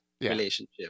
relationship